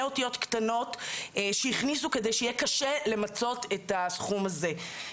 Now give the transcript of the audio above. אותיות קטנות שהכניסו כדי שיהיה קשה למצות את הסכום הזה.